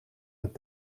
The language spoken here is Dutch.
het